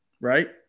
Right